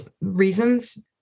Reasons